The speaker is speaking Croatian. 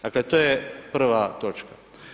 Dakle, to je prva točka.